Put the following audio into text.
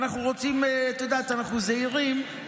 את יודעת, אנחנו זהירים.